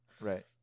Right